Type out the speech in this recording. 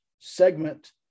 segment